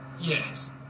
yes